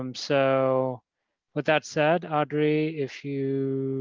um so with that said, audrey, if you